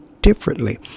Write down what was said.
differently